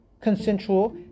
consensual